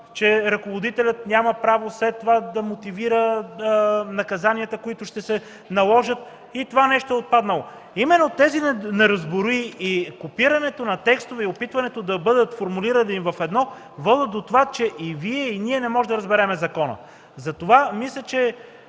че ръководителят няма право след това да мотивира наказанията, които ще се наложат), е отпаднало. Именно тези неразбории, копирането на текстове и опитването да бъдат формулирани в едно водят до това, че и Вие, и ние не можем да разберем закона. Затова мисля, че